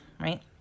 right